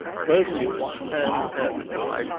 perseus and atlas